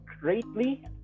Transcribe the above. greatly